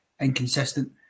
inconsistent